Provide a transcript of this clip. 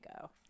go